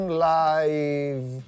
live